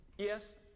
Yes